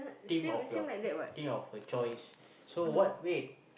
team of your team of a choice so what wait